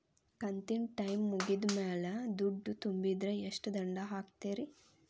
ಕಂತಿನ ಟೈಮ್ ಮುಗಿದ ಮ್ಯಾಲ್ ದುಡ್ಡು ತುಂಬಿದ್ರ, ಎಷ್ಟ ದಂಡ ಹಾಕ್ತೇರಿ?